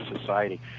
society